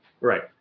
Right